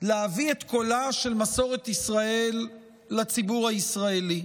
להביא את קולה של מסורת ישראל לציבור הישראלי.